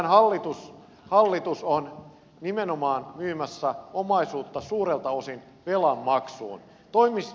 nythän hallitus on nimenomaan myymässä omaisuutta suurelta osin velan maksuun